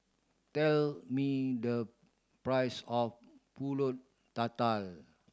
tell me the price of Pulut Tatal